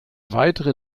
weitere